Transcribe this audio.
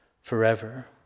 forever